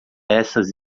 essas